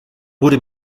wurde